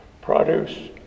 produce